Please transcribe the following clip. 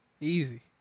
Easy